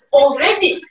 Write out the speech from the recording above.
already